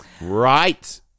Right